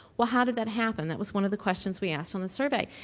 well, how did that happen? that was one of the questions we asked on the survey.